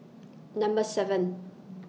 Number seven